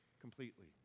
completely